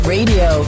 Radio